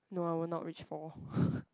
no I will not reach four